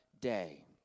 day